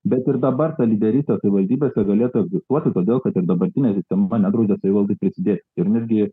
bet ir dabar ta lyderystė savivaldybėse galėtų egzistuoti todėl kad ir dabartinė sistema nedraudė savivaldai prisidėti ir netgi